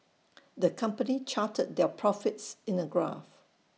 the company charted their profits in A graph